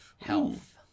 Health